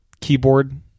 keyboard